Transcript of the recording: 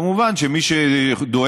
מובן שמי שדואג,